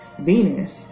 Venus